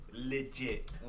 Legit